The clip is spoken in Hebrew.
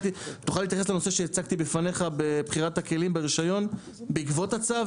תוכל להתייחס לנושא שהצגתי בפניך לבחירת הכלים ברישיון בעקבות הצו,